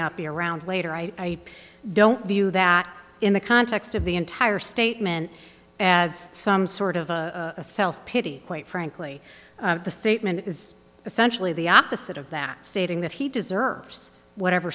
not be around later i don't view that in the context of the entire statement as some sort of a self pity quite frankly the statement is essentially the opposite of that stating that he deserves whatever